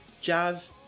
jazz